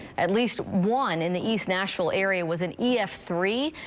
at least one in the east nashville area was an ef three,